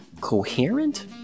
coherent